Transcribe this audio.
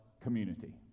community